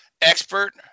expert